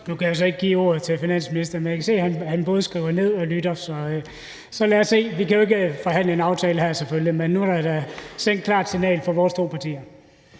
Nu kan jeg så ikke give ordet til finansministeren, men jeg kan se, at han både skriver ned og lytter, så lad os se. Vi kan jo selvfølgelig ikke forhandle en aftale her, men nu er der da sendt et klart signal fra vores to partier.